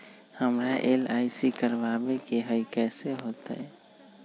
हमरा एल.आई.सी करवावे के हई कैसे होतई?